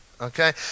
Okay